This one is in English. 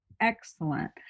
excellent